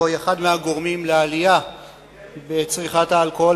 היא אחד מהגורמים לעלייה בצריכת האלכוהול,